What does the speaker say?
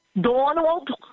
Donald